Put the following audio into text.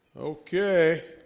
okay